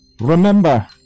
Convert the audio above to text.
remember